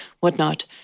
whatnot